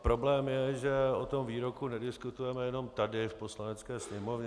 Problém je, že o tom výroku nediskutujeme jen tady v Poslanecké sněmovně.